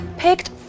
picked